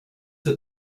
that